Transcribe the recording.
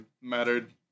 mattered